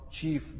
chief